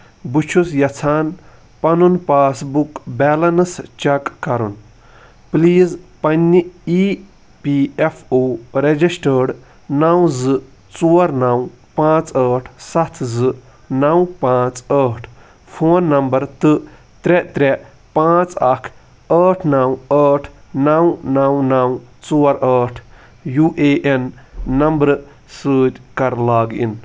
بہٕ چھُس یَژھان پنُن پاس بُک بیلینس چیک کَرُن پُلیٖز پنٕنہِ E P F O registered نو زٕ ژور نو پانٛژھ ٲٹھ سَتھ زٕ نو پانٛژھ ٲٹھ فون نمبر تہٕ ترٛےٚ ترٛےٚ پانژھ اکھ ٲٹھ نو ٲٹھ نو نو نو ژور ٲٹھ یوٗ اےٚ اٮ۪ن نمبرٕ سۭتۍ کَر لاگ اِن